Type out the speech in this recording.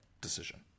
decision